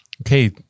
Okay